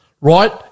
right